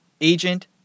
agent